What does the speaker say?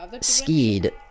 skied